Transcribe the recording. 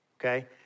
Okay